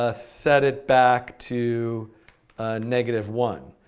ah set it back to negative one.